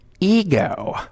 ego